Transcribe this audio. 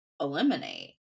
eliminate